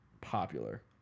popular